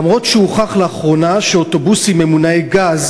אף שלאחרונה הוכח שאוטובוסים ממונעי-גז